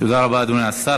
תודה רבה, אדוני השר.